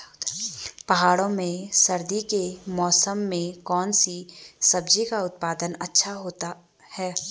पहाड़ों में सर्दी के मौसम में कौन सी सब्जी का उत्पादन अच्छा होता है?